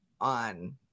on